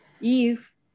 ease